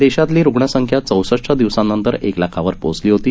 देशातली रुग्ण संख्या चौसष्ट दिवसांनंतर एक लाखावर पोहचली होती